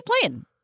playing